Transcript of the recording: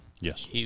Yes